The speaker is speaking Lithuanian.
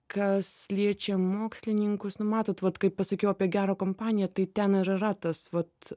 kas liečia mokslininkus nu matot vat kai pasakiau apie gerą kompaniją tai ten yra tas vat